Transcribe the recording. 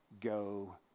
go